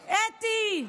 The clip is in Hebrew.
אתי,